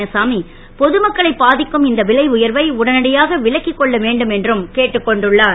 எனவே பொது மக்களை பா க்கும் இந்த விலை உயர்வை உடனடியாக விலக்கிக் கொள்ள வேண்டும் என்று ந நாராயணசாமி கேட்டுக் கொண்டுள்ளார்